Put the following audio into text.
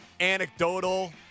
anecdotal